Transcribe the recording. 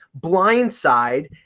blindside